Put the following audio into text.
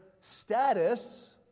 status